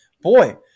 boy